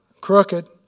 crooked